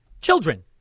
Children